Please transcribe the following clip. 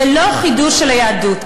זה לא חידוש של היהדות.